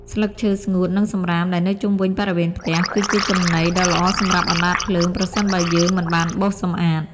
ស្លឹកឈើស្ងួត និងសំរាមដែលនៅជុំវិញបរិវេណផ្ទះ គឺជាចំណីដ៏ល្អសម្រាប់អណ្តាតភ្លើងប្រសិនបើយើងមិនបានបោសសម្អាត។